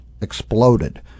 exploded